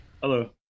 Hello